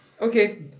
Okay